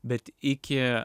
bet iki